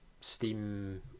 Steam